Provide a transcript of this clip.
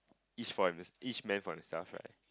each for each man for himself right